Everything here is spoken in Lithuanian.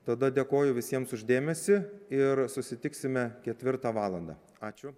tada dėkoju visiems už dėmesį ir susitiksime ketvirtą valandą ačiū